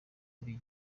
buli